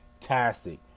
fantastic